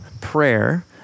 prayer